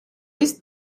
ist